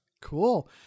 Cool